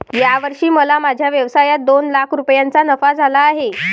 या वर्षी मला माझ्या व्यवसायात दोन लाख रुपयांचा नफा झाला आहे